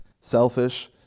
selfish